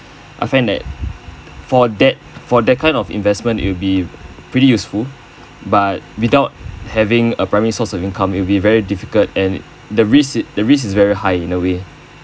I find that for that for that kind of investment it will be pretty useful but without having a primary source of income will be very difficult and the risk the risk is very high in a way